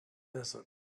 desert